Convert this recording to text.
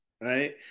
right